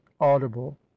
audible